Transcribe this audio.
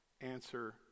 answer